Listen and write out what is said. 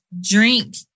Drink